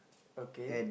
okay